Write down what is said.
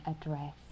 address